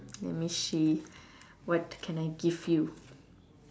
let me see what can I give you